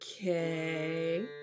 Okay